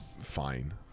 Fine